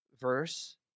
verse